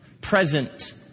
present